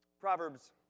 Proverbs